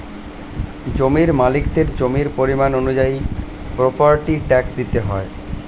জমির মালিকদের জমির পরিমাণ অনুযায়ী প্রপার্টি ট্যাক্স দিতে হয়